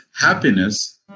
happiness